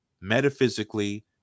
metaphysically